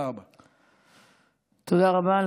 תודה רבה.